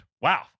Wow